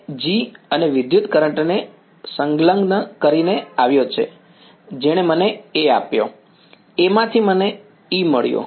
તે G અને વિદ્યુતકરંટ ને સંલગ્ન કરીને આવ્યો જેણે મને A આપ્યો Aમાંથી મને E મળ્યો